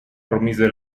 promise